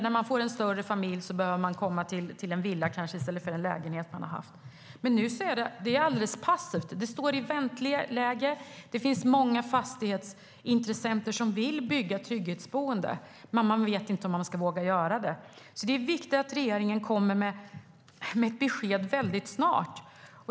När man får en större familj behöver man kanske ha en villa i stället för den lägenhet man har haft. Men nu är det alldeles passivt. Det är ett vänteläge. Det finns många fastighetsintressenter som vill bygga trygghetsboenden. Men de vet inte om de vågar göra det. Det är viktigt att regeringen kommer med ett besked väldigt snart.